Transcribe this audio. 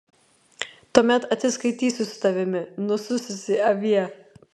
tuomet atsiskaitysiu su tavimi nusususi avie